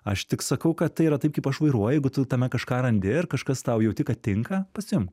aš tik sakau kad tai yra taip kaip aš vairuoju jeigu tu tame kažką randi ir kažkas tau jaui kad tinka pasimk